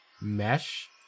mesh